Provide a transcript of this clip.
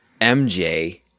MJ